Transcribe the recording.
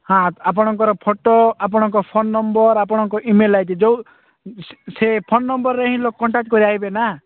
ହଁ ଆପଣଙ୍କର ଫଟୋ ଆପଣଙ୍କ ଫୋନ ନମ୍ବର ଆପଣଙ୍କ ଇମେଲ୍ ଆଇ ଡି ଯୋଉ ସେ ଫୋନ ନମ୍ବରରେ ହିଁ ଲୋକ କଣ୍ଟାକ୍ଟ କରିବେ ନା